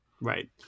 right